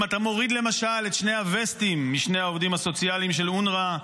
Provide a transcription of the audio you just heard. אם אתה מוריד למשל את שני הווסטים משני העובדים הסוציאליים של אונר"א,